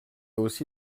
aussi